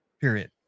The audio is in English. period